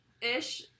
Ish